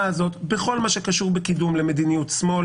הזאת תדהר בכוח קדימה בכל מה שקשור בקידום מדיניות שמאל